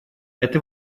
это